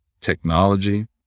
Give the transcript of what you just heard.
technology